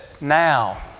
now